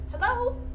Hello